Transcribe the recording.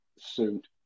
suit